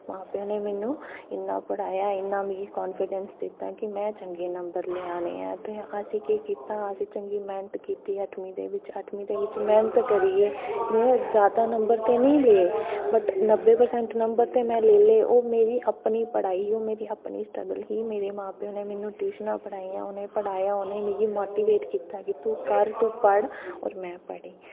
मां प्यो ने मैनू इन्ना पढ़ाया इन्ना मिगी कांफिडैंस दित्ता कि में चंगे नंबर लेआने ऐ ते असें केह् कीता असें चंगी मैह्नत कीती अठमीं दे बिच्च अठमीं दे बिच्च मैह्नत करियै में जादा नंबर ते निं ले बट नब्बै परसैंट नंबर ते में लेई ले ओह् मेरी अपनी पढ़ाई ही ओह् मेरी अपनी स्ट्रगल ही मेरे मां प्यो ने मैनू ट्यूशनां पढ़ाइयां उ'नें पढ़ाया मिगी उ'नें मिगी मोटिवेट कीता कि तूं कर तूं पढ़ होर में पढ़ी